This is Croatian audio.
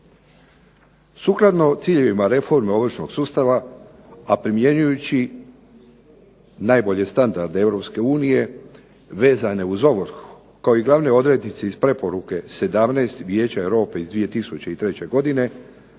Sukladno ciljevima reforme ovršnog sustava, a primjenjujući najbolje standarde EU vezane uz ovrhu, kao i glavne odrednice iz Preporuke 17. Vijeća Europe iz 2003. godine